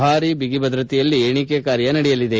ಭಾರಿ ಬಿಗಿ ಭದ್ರತೆಯಲ್ಲಿ ಎಣಿಕೆ ಕಾರ್ನ ನಡೆಯಲಿದೆ